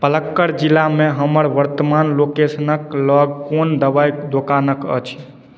पलक्कड जिलामे हमर वर्तमान लोकेशनक लग कओन दवाइ दोकान अछि